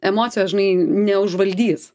emocijos žinai neužvaldys